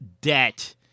debt